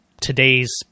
today's